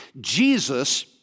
Jesus